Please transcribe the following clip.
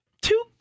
Two